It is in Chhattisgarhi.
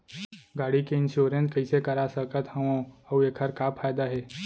गाड़ी के इन्श्योरेन्स कइसे करा सकत हवं अऊ एखर का फायदा हे?